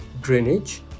drainage